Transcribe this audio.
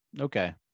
okay